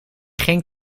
ging